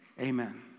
amen